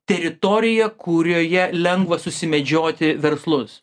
teritorija kurioje lengva susimedžioti verslus